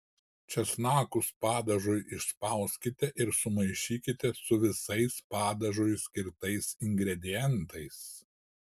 česnakus padažui išspauskite ir sumaišykite su visais padažui skirtais ingredientais